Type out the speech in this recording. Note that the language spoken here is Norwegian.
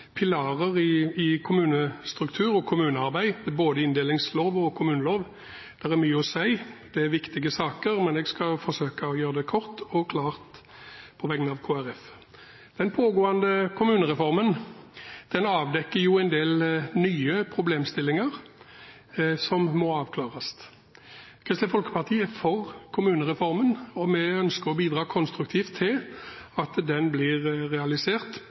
pilarer i kommunestruktur og kommunearbeid – både inndelingslov og kommunelov. Det er mye å si, for det er viktige saker, men jeg skal forsøke å gjøre dette kort og klart på vegne av Kristelig Folkeparti. Den pågående kommunereformen avdekker en del nye problemstillinger som må avklares. Kristelig Folkeparti er for kommunereformen, og vi ønsker å bidra konstruktivt til at den blir realisert